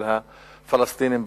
של הפלסטינים,